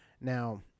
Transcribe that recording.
Now